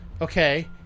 Okay